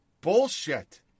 bullshit